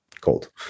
cold